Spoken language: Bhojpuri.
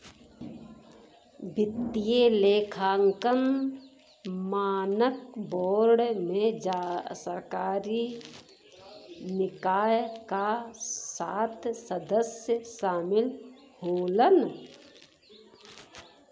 वित्तीय लेखांकन मानक बोर्ड में सरकारी निकाय क सात सदस्य शामिल होलन